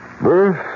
Birth